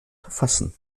verfassen